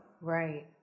right